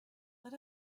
but